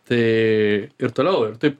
tai ir toliau ir taip